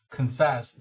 confess